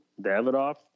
Davidoff